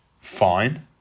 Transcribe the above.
fine